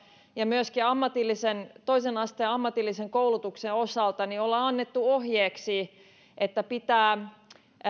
ja myöskin toisen asteen ammatillisen koulutuksen osalta on annettu ohjeeksi että pitää